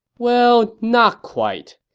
well, not quite.